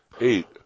Eight